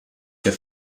der